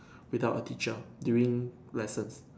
without a teacher during lessons